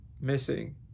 missing